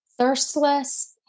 thirstless